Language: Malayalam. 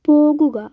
പോകുക